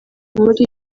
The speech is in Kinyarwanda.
muri